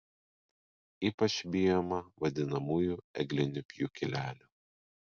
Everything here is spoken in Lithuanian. ypač bijoma vadinamųjų eglinių pjūklelių